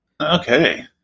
Okay